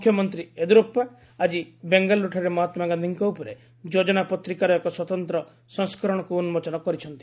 ମୁଖ୍ୟମନ୍ତ୍ରୀ ୟେଦିୟୁରାସ୍ପା ଆଜି ବେଙ୍ଗାଲ୍ଟୁରୁଠାରେ ମହାତ୍ମାଗାନ୍ଧିଙ୍କ ଉପରେ ଯୋଜନା ପତ୍ରିକାର ଏକ ସ୍ୱତନ୍ତ୍ର ସଂସ୍କରଣକୁ ଉନ୍କୋଚନ କରିଛନ୍ତି